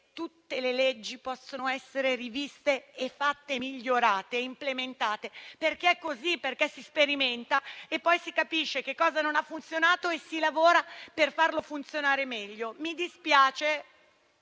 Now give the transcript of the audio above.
tutte le leggi possono essere riviste, migliorate e implementate, perché è così: si sperimenta, si capisce che cosa non ha funzionato e si lavora per farlo funzionare meglio. Mi dispiace